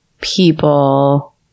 people